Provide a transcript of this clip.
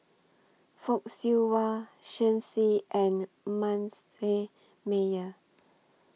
Fock Siew Wah Shen Xi and Manasseh Meyer